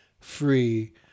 free